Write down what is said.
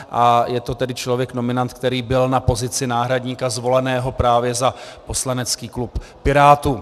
A je to tedy člověk, nominant, který byl na pozici náhradníka zvoleného právě za poslanecký klub Pirátů.